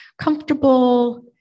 comfortable